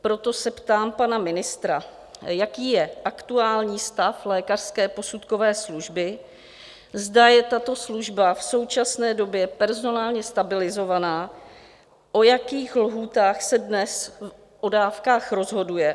Proto se ptám pana ministra: Jaký je aktuální stav lékařské posudkové služby, zda je tato služba v současné době personálně stabilizovaná, v jakých lhůtách se dnes o dávkách rozhoduje?